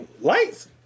Lights